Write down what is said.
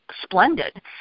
splendid